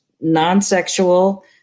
non-sexual